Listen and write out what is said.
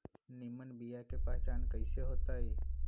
निमन बीया के पहचान कईसे होतई?